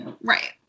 Right